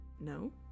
No